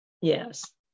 yes